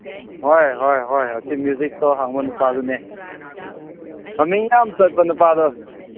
ꯍꯣꯏ ꯍꯣꯏ ꯍꯣꯏ ꯑꯁꯤ ꯃ꯭ꯌꯨꯖꯤꯛ ꯁꯣ ꯍꯥꯡꯕ ꯅꯨꯄꯥꯗꯨꯅꯦ ꯃꯃꯤꯡ ꯌꯥꯝ ꯆꯠꯄ ꯅꯨꯄꯥꯗꯣ